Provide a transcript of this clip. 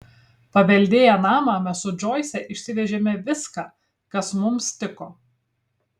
paveldėję namą mes su džoise išsivežėme viską kas mums tiko